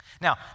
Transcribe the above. Now